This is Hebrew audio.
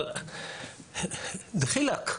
אבל דחילק,